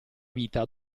vita